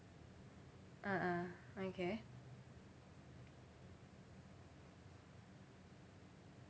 (uh huh) okay